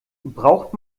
braucht